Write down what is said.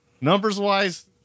Numbers-wise